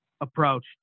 approach